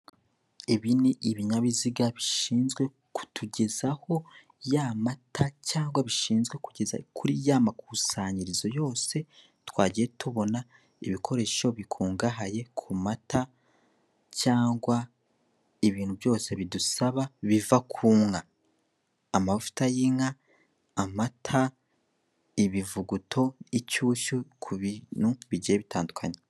Ibi ni ibinyabiziga bishinzwe kutugezaho ya mata cyangwa bishinzwe kugeza kuri ya makusanyirizo yose twagiye tubona, ibikoresha bikungahaye ku mata cyangwa ibintu byose bidusaba biva ku nka amavuta y'inka, amata, ibivuguto, inshyushyu ku bintu bigiye bitandukanye.